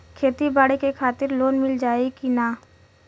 खेती बाडी के खातिर लोन मिल जाई किना?